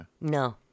no